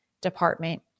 department